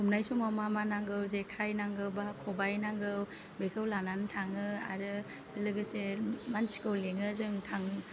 हमनाय समाव मा मा नांगौ जेखाय नांगौ बा खबाय नांगौ बेखौ लानानै थाङो आरो लोगोसे मानसिखौ लेङो जों थां